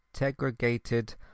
integrated